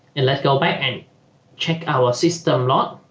and let's go back and check our system lot